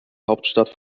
hauptstadt